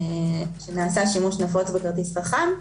שנעשה שימוש נפוץ בכרטיס חכם,